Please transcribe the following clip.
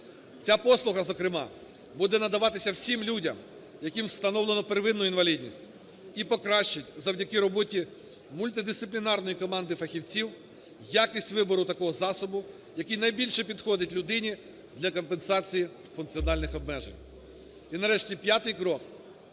Ця послуга зокрема буде надаватися всім людям, яким встановлено первинну інвалідність і покращить завдяки роботімультидисциплінарної команди фахівців, якість вибору такого засобу, який найбільше підходить людині для компенсації функціональних обмежень. І, нарешті, п'ятий крок.